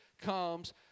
comes